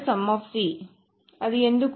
అది ఎందుకు